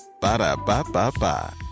Ba-da-ba-ba-ba